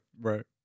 right